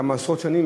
כמה עשרות שנים,